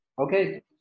Okay